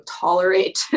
tolerate